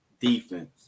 defense